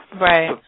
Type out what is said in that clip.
Right